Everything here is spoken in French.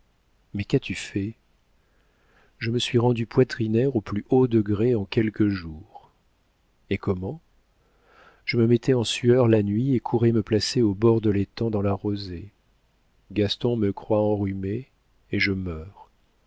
mais qu'as-tu fait je me suis rendue poitrinaire au plus haut degré en quelques jours et comment je me mettais en sueur la nuit et courais me placer au bord de l'étang dans la rosée gaston me croit enrhumée et je meurs